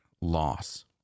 loss